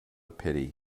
pity